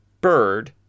bird